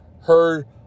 heard